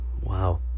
Wow